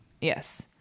Yes